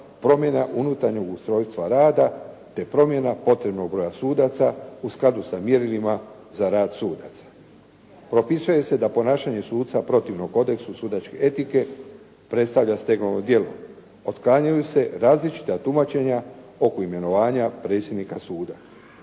promjena unutarnjeg ustrojstva rada, te promjena potrebnog broja sudaca u skladu sa mjerilima za rad sudaca. Propisuje se da ponašanje suca protivno Kodeksu sudačke etike predstavlja stegovno djelo. Otklanjaju se različita tumačenja oko imenovanja predsjednika suda.